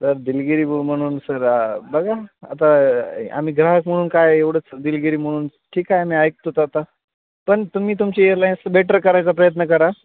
sir दिलगिरी ब म्हणून सर बघा आता आम्ही ग्राहक म्हणून काय एवढंच दिलगिरी म्हणून ठीक आहे मी ऐकतो आता पण तुम्ही तुमची एअलाईन्स असं बेटर करायचा प्रयत्न करा